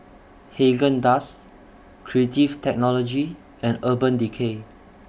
Haagen Dazs Creative Technology and Urban Decay